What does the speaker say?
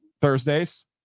Thursdays